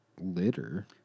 litter